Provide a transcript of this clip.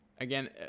again